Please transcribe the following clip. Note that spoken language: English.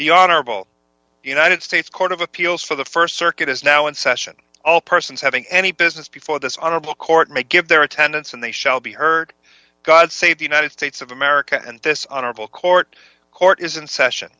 the honorable united states court of appeals for the st circuit is now in session all persons having any business before this honorable court make it their attendance and they shall be heard god save the united states of america and this honorable court court is in session